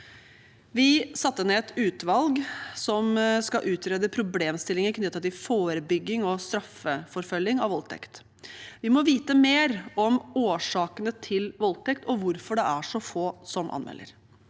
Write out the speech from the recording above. Vi satte ned et utvalg som skal utrede problemstillinger knyttet til forebygging og strafforfølging av voldtekt. Vi må vite mer om årsakene til voldtekt og hvorfor det er så få som anmelder.